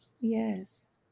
Yes